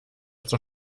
zur